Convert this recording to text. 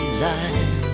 life